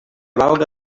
valga